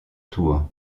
tour